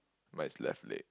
but it's left leg